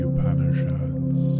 Upanishads